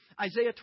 Isaiah